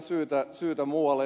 vyörytetään syytä muualle